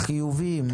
חיובים?